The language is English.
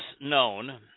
known